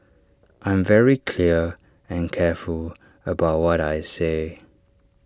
I'm very clear and careful about what I say